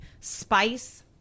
Spice